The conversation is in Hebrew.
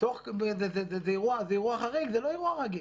זה אירוע חריג, זה לא אירוע רגיל.